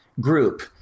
group